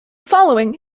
following